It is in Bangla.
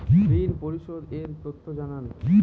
ঋন পরিশোধ এর তথ্য জানান